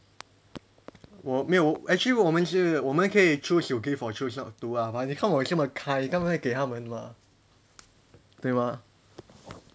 我没有 actually 我们是我们可以 choose to give or choose not to ah but they 看我这么 kind 当然会给他们嘛对吗